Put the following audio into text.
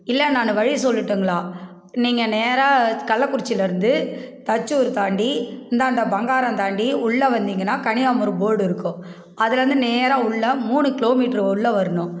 இல்லை நான் வழி சொல்லட்டுங்களா நீங்கள் நேராக கள்ளக்குறிச்சிலேருந்து தச்சூர் தாண்டி இந்தாண்ட பங்காரம் தாண்டி உள்ள வந்தீங்கன்னா கனியாமூர் போர்டு இருக்கும் அதிலருந்து நேராக உள்ள மூணு கிலோ மீட்டர் உள்ள வரணும்